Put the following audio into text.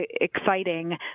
exciting